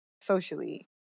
socially